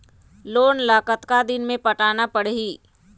Loan ला कतका दिन मे पटाना पड़ही?